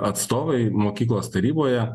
atstovai mokyklos taryboje